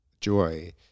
joy